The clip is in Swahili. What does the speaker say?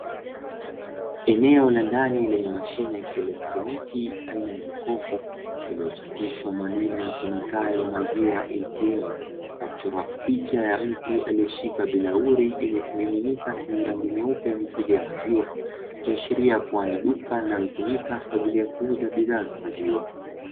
Eneo la ndani lenye mashine ya kielektroniki aina ya jokofu, iliyochapishwa maneno yasomekayo "maziwa ATM". Na kuchorwa picha ya mtu aliyeshika birauli yenye kimininika chenye rangi nyeupu mithili ya maziwa, ikiashiria kuwa ni duka linaotumika kwa ajili ya kuuza bidhaa za maziwa.